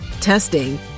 testing